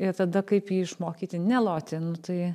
ir tada kaip jį išmokyti neloti nu tai